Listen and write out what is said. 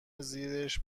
زیرش